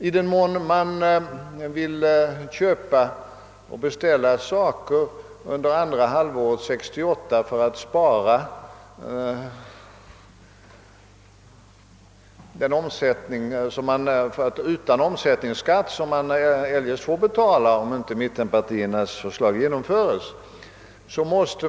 Ifall mittenpartiernas förslag genomförs, kan man köpa och beställa saker utan att betala omsättningsskatt, redan under andra halvåret 1968.